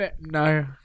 No